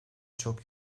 çok